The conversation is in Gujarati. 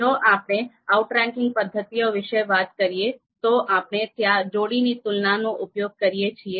જો આપણે આઉટરીંકિંગ પદ્ધતિઓ વિશે વાત કરીએ તો આપણે ત્યાં જોડીની તુલનાનો ઉપયોગ કરીએ છીએ